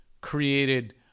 created